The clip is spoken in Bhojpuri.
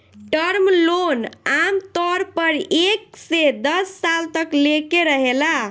टर्म लोन आमतौर पर एक से दस साल तक लेके रहेला